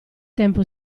tempo